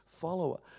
follower